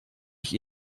ich